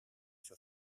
sur